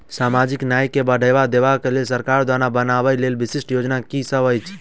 सामाजिक न्याय केँ बढ़ाबा देबा केँ लेल सरकार द्वारा बनावल गेल विशिष्ट योजना की सब अछि?